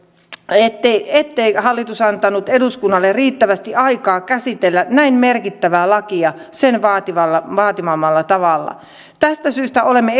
ettei ettei hallitus antanut eduskunnalle riittävästi aikaa käsitellä näin merkittävää lakia sen vaatimalla vaatimalla tavalla tästä syystä olemme